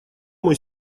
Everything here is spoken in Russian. мой